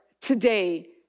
today